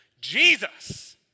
Jesus